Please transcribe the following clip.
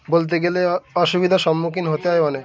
বলতে গেলে অসুবিধার সম্মুখীন হতে হয় অনেক